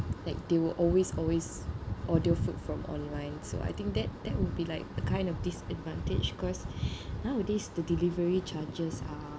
like they will always always order food from online so I think that that would be like the kind of disadvantage because nowadays the delivery charges are